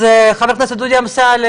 אז חה"כ דודי אמסלם,